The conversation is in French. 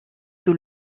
sous